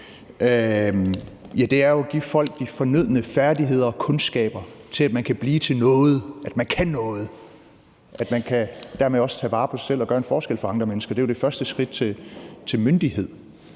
Det er jo at give folk de fornødne færdigheder og kundskaber til, at de kan blive til noget, at de kan noget, og at de dermed også kan tage vare på sig selv og gøre en forskel for andre mennesker. Det er jo det første skridt til myndighed.